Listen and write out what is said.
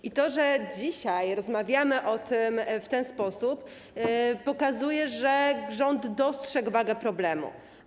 I to, że dzisiaj rozmawiamy o tym w ten sposób, pokazuje, że rząd dostrzegł wagę problemu.